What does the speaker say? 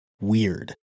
weird